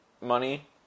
money